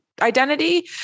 identity